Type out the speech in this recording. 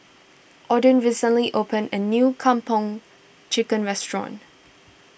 Odin recently opened a new Kung Po Chicken restaurant